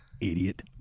Idiot